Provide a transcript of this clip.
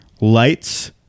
lights